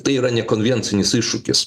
tai yra nekonvencinis iššūkis